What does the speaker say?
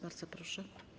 Bardzo proszę.